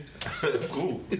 cool